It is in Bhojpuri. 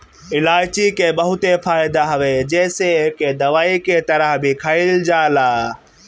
इलायची के बहुते फायदा हवे जेसे एके दवाई के तरह भी खाईल जाला